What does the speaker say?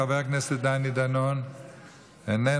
חבר הכנסת דני דנון איננו.